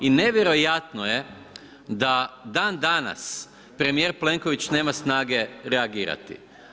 I nevjerojatno je da dan danas premijer Plenković nema snage reagirati.